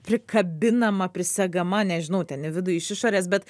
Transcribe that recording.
prikabinama prisegama nežinau ten į vidų iš išorės bet